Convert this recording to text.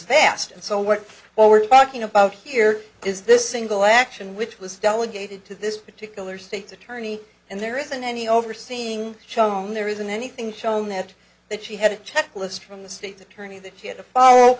vast and so what we're talking about here is this single action which was delegated to this particular state's attorney and there isn't any overseeing shown there isn't anything shown that that she had a checklist from the state attorney that she had to follow